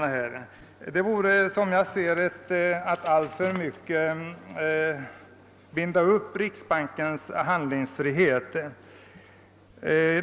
Vi bör, som jag ser saken, akta oss för att alltför hårt binda riksbankens handlingsfrihet.